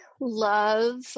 love